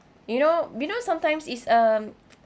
you know you know sometimes it's um